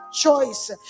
choice